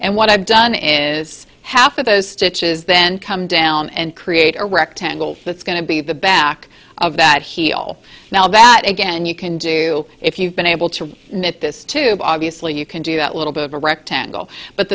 and what i've done is half of those stitches then come down and create a rectangle that's going to be the back of that heel now that again you can do if you've been able to knit this to obviously you can do that little bit of a rectangle but